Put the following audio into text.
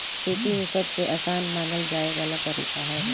खेती में सबसे आसान मानल जाए वाला तरीका हवे